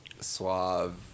suave